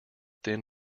thin